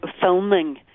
filming